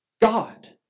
God